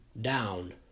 down